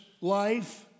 life